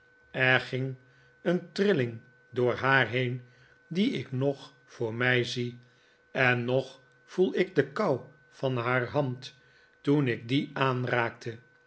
er ging een trilling door haar heen die ik nog voor mij zie en nog voel ik de kou van haar hand toen ik die aanraakte